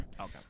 Okay